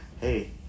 hey